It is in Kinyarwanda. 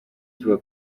kivuga